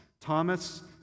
Thomas